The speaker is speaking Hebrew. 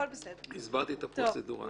הסברתי את הפרוצדורה.